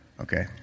Okay